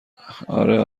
اره